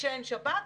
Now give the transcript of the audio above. כשאין שב"כ,